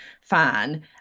fan